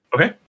Okay